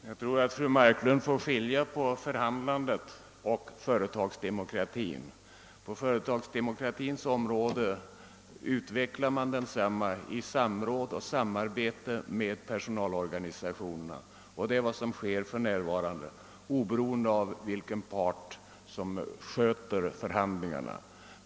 Herr talman! Fru Marklund bör skilja på förhandlingsverksamheten och företagsdemokratin. Företagsdemokratin utvecklas för närvarande i samråd och samarbete med pesonalorganisationerna oberoende av vilken part som sköter förhandlingarna.